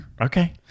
Okay